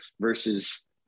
versus